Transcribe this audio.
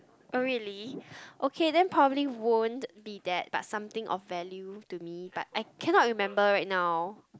oh really okay then probably won't be that but something of value to me but I cannot remember right now